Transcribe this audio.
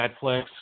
Netflix